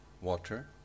water